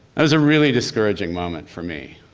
that was a really discouraging moment for me.